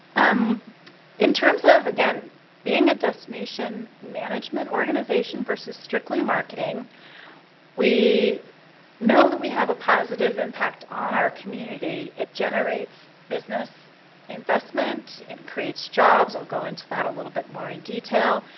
um in terms of again being a destination management organization versus strictly marketing we know that we have a positive impact on our community it generates business investment and creates jobs. i'll go into that a little bit more in detail,